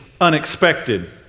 unexpected